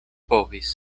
povis